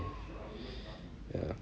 ya